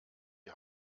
die